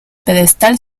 pedestal